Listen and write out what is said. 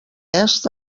est